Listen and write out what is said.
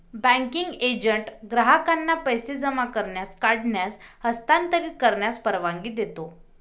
banking agent ग्राहकांना पैसे जमा करण्यास, काढण्यास, हस्तांतरित करण्यास परवानगी देतो